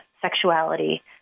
sexuality